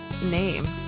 name